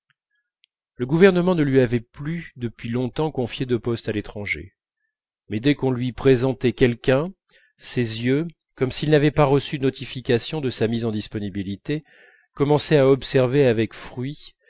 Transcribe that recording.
le gouvernement ne lui avait plus depuis longtemps confié de poste à l'étranger mais dès qu'on lui présentait quelqu'un ses yeux comme s'ils n'avaient pas reçu notification de sa mise en disponibilité commençaient à observer avec fruit